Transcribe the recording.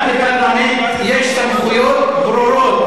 גם בפרלמנט יש סמכויות ברורות,